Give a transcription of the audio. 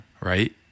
Right